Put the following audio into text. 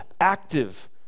active